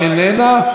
תודה.